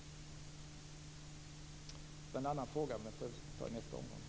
Sigge Godin ställde också en annan fråga, men den får jag ta i nästa omgång.